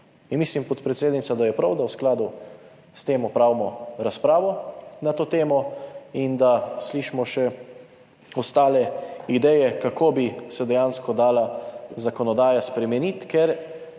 Mislim, podpredsednica, da je prav, da v skladu s tem opravimo razpravo na to temo in da slišimo še ostale ideje, kako bi se dejansko dala zakonodaja spremeniti. Ker